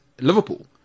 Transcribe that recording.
Liverpool